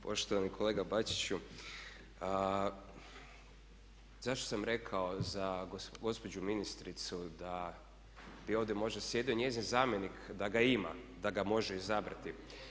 Poštovani kolega Bačiću zašto sam rekao za gospođu ministricu da bi ovdje možda sjedio njezin zamjenik da ga ima, da ga može izabrati.